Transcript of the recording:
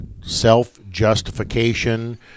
self-justification